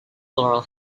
laurel